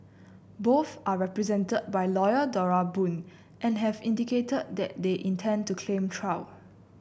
both are represented by lawyer Dora Boon and have indicated that they intend to claim trial